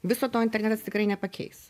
viso to internetas tikrai nepakeis